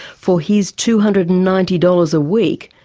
for his two hundred and ninety dollars a week,